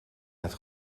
het